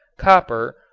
copper,